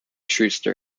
schuster